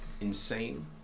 ...insane